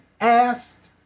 asked